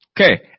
Okay